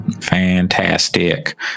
Fantastic